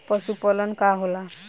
पशुपलन का होला?